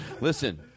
Listen